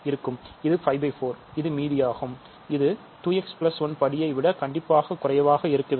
இது 54 இது மீதியாகும் இது 2 x 1 படியை விட கண்டிப்பாக குறைவாக இருக்க வேண்டும்